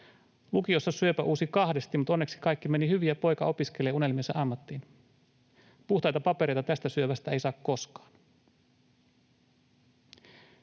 Lukiossa syöpä uusi kahdesti, mutta onneksi kaikki meni hyvin ja poika opiskelee unelmiensa ammattiin. Puhtaita papereita tästä syövästä ei saa koskaan.